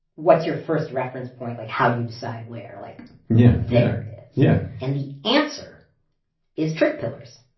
what's your first reference point? like how do you decide where like yeah there is? yeah and the answer is trig pillars.